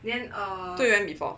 so you went before